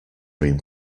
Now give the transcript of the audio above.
cream